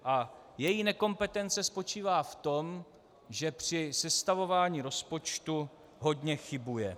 A její nekompetence spočívá v tom, že při sestavování rozpočtu hodně chybuje.